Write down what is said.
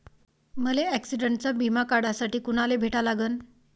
मले ॲक्सिडंटचा बिमा काढासाठी कुनाले भेटा लागन?